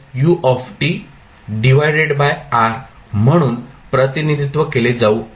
मग म्हणून प्रतिनिधित्व केले जाऊ शकते